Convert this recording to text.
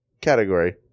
category